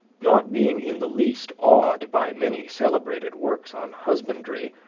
not being in the least awed by many celebrated works on husbandry,